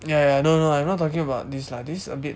ya ya ya no no no I'm not talking this lah this is a bit